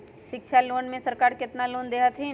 शिक्षा लोन में सरकार केतना लोन दे हथिन?